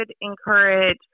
encourage